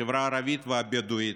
בחברה הערבית והבדואית,